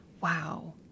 wow